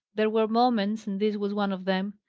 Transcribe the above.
there were moments, and this was one of them,